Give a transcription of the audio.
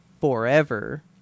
forever